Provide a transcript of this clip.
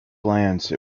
glance